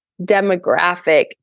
demographic